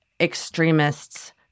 extremists